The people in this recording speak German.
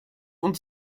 und